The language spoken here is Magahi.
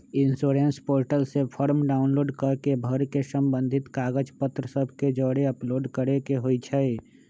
इंश्योरेंस पोर्टल से फॉर्म डाउनलोड कऽ के भर के संबंधित कागज पत्र सभ के जौरे अपलोड करेके होइ छइ